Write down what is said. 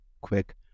quick